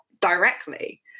directly